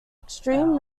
extreme